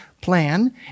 plan